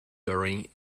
during